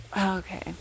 Okay